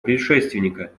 предшественника